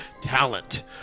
talent